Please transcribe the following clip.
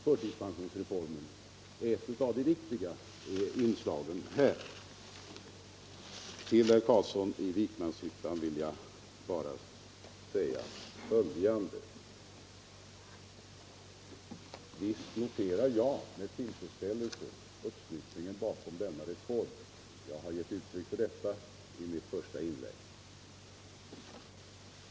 Förtidspensionsreformen är ett av de viktiga inslagen här. Till herr Carlsson i Vikmanshyttan vill jag säga följande: Visst noterar jag med tillfredsställelse uppslutningen bakom denna reform. Jag har gett uttryck för det i mitt första inlägg.